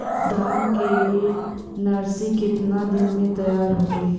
धान के नर्सरी कितना दिन में तैयार होई?